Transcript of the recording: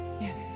Yes